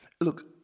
Look